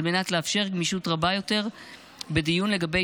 על מנת לאפשר גמישות רבה יותר בדיון לגבי